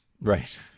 Right